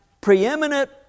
preeminent